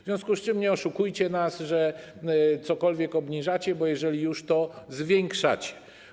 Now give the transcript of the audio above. W związku z tym nie oszukujcie nas, że cokolwiek obniżacie, bo jeżeli już, to zwiększacie.